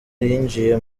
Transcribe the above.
yinjiye